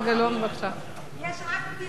יש רק בדיחה אחת שאני יודעת לספר,